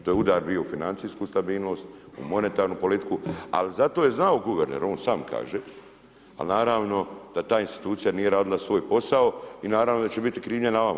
To je udar bio u financijsku stabilnost, u monetarnu politiku, ali zato je znao guverner, on sam kaže ali naravno da ta institucija nije radila svoj posao i naravno da će biti krivnje na vama.